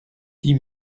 dix